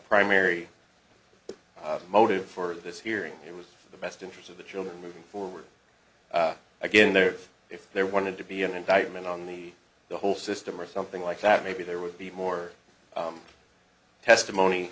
primary motive for this hearing it was the best interest of the children moving forward again there if they wanted to be an indictment on the the whole system or something like that maybe there would be more testimony